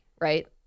Right